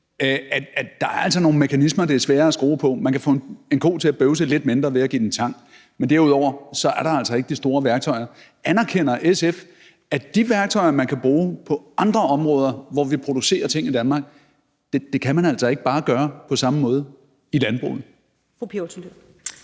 at der altså er nogle mekanismer, det er sværere at skrue på – man kan få en ko til at bøvse lidt mindre ved at give den tang, men derudover er der altså ikke de store værktøjer. Anerkender SF, at de værktøjer, man kan bruge på andre områder, hvor vi producerer ting i Danmark, kan man altså ikke bruge på samme måde i landbruget? Kl.